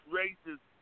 racist